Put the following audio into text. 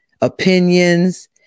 opinions